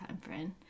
friend